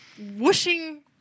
whooshing